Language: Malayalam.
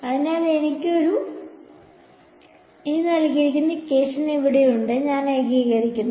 അതിനാൽ എനിക്ക് ഒരു ഉണ്ട് അവിടെയാണ് ഞാൻ ഏകീകരിക്കുന്നത്